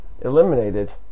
eliminated